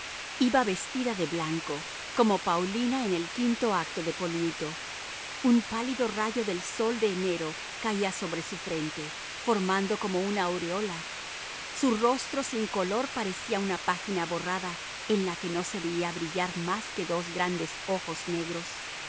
iba vestida de blanco como paulina en el quinto acto de poliuto un pálido rayo del sol de enero caía sobre su frente formando como una aureola su rostro sin color parecía una página borrada en la que no se veía brillar más que dos grandes ojos negros